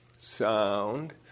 sound